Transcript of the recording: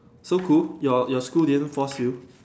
so cool your your school didn't force you